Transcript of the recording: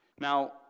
Now